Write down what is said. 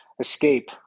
escape